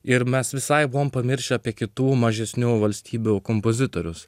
ir mes visai buvome pamiršę apie kitų mažesnių valstybių kompozitorius